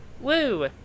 woo